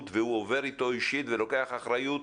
והוא עובר איתו אישית ולוקח אחריות